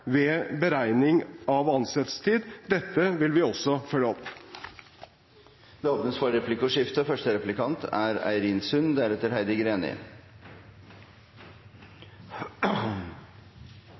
ved beregning av ansettelsestid. Dette vil vi også følge opp. Det blir replikkordskifte.